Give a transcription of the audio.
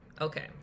Okay